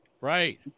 Right